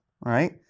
right